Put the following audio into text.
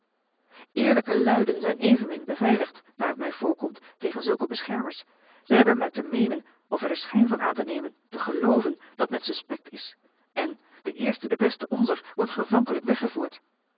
eerlijke luiden zijn evenmin beveiligd naar het mij voorkomt tegen zulke beschermers ze hebben maar te meenen of er den schijn van aan te nemen te gelooven dat men suspect is en de eerste de beste onzer wordt gevankelijk weggevoerd